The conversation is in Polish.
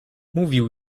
mówił